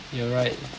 you are right